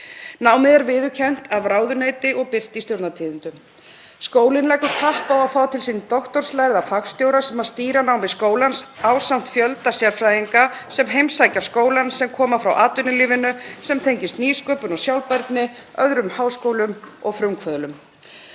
Námið er viðurkennt af ráðuneyti og birt í Stjórnartíðindum. Skólinn leggur kapp á að fá til sín doktorslærða fagstjóra sem stýra námi skólans ásamt fjölda sérfræðinga sem heimsækja skólann sem koma frá atvinnulífinu, tengjast nýsköpun og sjálfbærni, öðrum háskólum og frumkvöðlum.